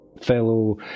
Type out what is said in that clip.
fellow